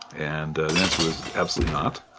and the answer was absolutely not,